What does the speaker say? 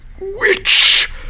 Witch